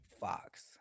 Fox